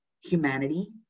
humanity